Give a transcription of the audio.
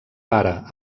pare